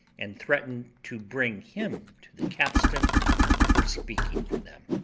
and threatened to bring him to the capstan for speaking for them.